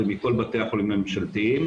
ומכל בתי החולים הממשלתיים.